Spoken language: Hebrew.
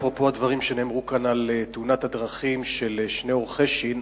אפרופו הדברים שנאמרו כאן על תאונת הדרכים של שניאור חשין,